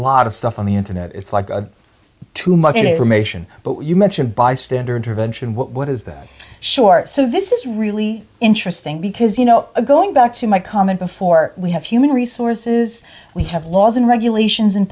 lot of stuff on the internet it's like a too much it or mation but you mentioned bystander intervention what is this short so this is really interesting because you know going back to my comment before we have human resources we have laws and regulations in